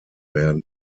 werden